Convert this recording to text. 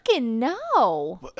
no